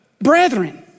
brethren